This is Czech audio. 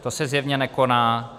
To se zjevně nekoná.